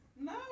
No